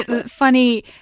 funny